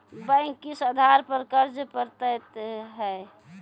Bank किस आधार पर कर्ज पड़तैत हैं?